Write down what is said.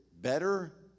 better